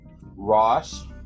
Ross